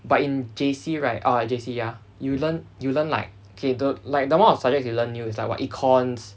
but in J_C right uh J_C ya you learn you learn like K the like the amount of subjects you learn new is like what econs